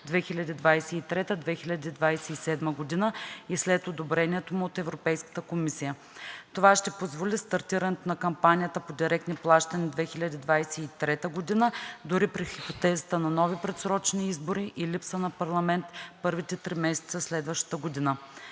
2023 – 2027 г. и след одобрението му от Европейската комисия. Това ще позволи стартирането на кампанията по директни плащания 2023 г., дори при хипотезата на нови предсрочни избори и липса на парламент в първите три месеца следващата година.